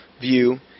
view